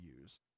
use